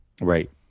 Right